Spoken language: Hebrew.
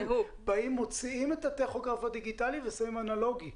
באים מוציאים את הטכוגרף הדיגיטלי ושמים אנלוגי.